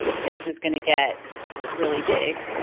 this is going to get really big?